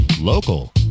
local